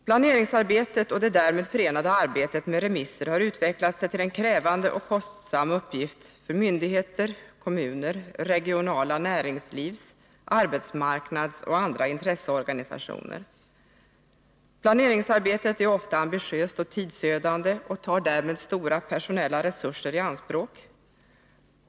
Planeringsarbetet och det därmed förenade arbetet med remisser har utvecklat sig till en krävande och kostsam uppgift för myndigheter, kommuner, regionala näringslivs-, arbetsmarknadsoch andra intresseorganisationer. Planeringsarbetet är ofta ambitiöst och tidsödande och tar därmed stora personella resurser i anspråk.